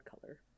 color